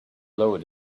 lowered